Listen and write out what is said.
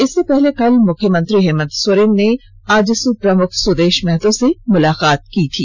इससे पहले कल मुख्यमंत्री हेमंत सोरेन ने आजसू प्रमुख सुदेश महतो से मुलाकात की थी